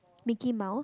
Mickey Mouse